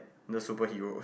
the superhero